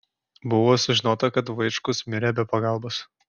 buvo sužinota kad vaičkus mirė be pagalbos